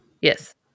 yes